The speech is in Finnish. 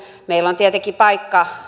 meillä on tietenkin paikka